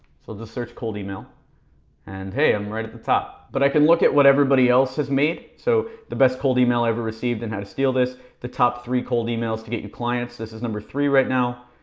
so just search cold email and hey i'm right at the top. but i can look at what everybody else has made. so, the best cold email i ever received and how to steal this the top three cold emails to get you clients. this is number three right now.